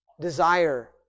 desire